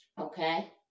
Okay